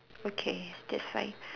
okay that's fine